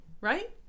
Right